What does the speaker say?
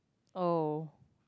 oh